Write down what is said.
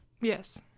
yes